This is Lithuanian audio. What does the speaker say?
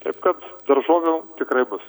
taip kad daržovių tikrai bus